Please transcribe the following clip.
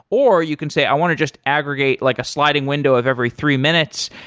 or you can say, i want to just aggregate like a sliding window of every three minutes.